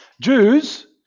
Jews